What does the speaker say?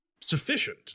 sufficient